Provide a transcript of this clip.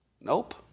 Nope